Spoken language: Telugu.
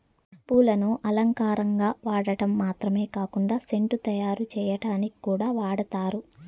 పూలను అలంకారంగా వాడటం మాత్రమే కాకుండా సెంటు తయారు చేయటానికి కూడా వాడతారు